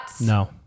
No